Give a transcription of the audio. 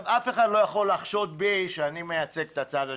אף אחד לא יכול לחשוד בי שאני מייצג את הצד השני,